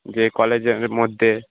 যে কলেজের মধ্যে